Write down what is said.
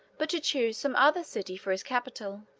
but to choose some other city for his capital.